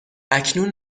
اکنون